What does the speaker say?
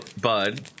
Bud